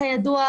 כידוע,